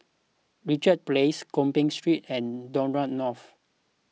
Richards Place Gopeng Street and Dock Road North